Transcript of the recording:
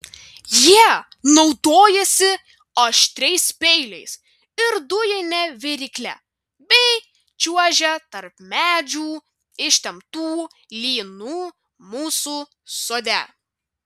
jie naudojasi aštriais peiliais ir dujine virykle bei čiuožia tarp medžių ištemptu lynu mūsų sode